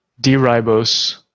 D-ribose